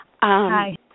Hi